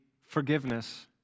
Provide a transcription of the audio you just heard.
forgiveness